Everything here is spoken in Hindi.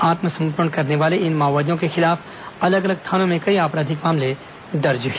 आत्मसमर्पण करने वाले इन माओवादियों के खिलाफ अलग अलग थानों में कई आपराधिक मामले दर्ज हैं